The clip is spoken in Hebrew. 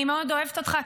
אני מאוד אוהבת אותך,